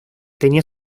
tenía